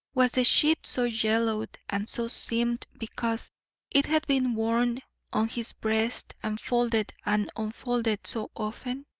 was the sheet so yellowed and so seamed because it had been worn on his breast and folded and unfolded so often?